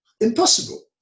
impossible